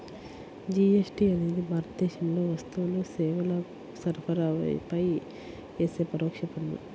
GST అనేది భారతదేశంలో వస్తువులు, సేవల సరఫరాపై యేసే పరోక్ష పన్ను